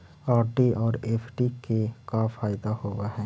RD और FD के का फायदा होव हई?